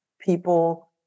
people